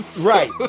Right